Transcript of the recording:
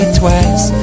twice